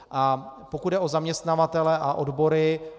A pokud jde o zaměstnavatele a odbory.